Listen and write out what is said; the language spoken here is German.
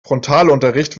frontalunterricht